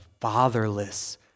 fatherless